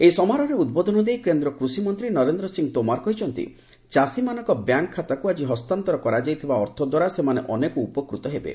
ଏହି ସମାରୋହରେ ଉଦ୍ବୋଧନ ଦେଇ କେନ୍ଦ୍ର କୃଷିମନ୍ତ୍ରୀ ନରେନ୍ଦ୍ର ସିଂହ ତୋମାର କହିଛନ୍ତି ଚାଷୀମାନଙ୍କ ବ୍ୟାଙ୍କ୍ ଖାତାକୁ ଆଜି ହସ୍ତାନ୍ତର କରାଯାଇଥିବା ଅର୍ଥ ଦ୍ୱାରା ସେମାନେ ଅନେକ ଉପକୃତ ହେବେ